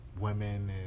women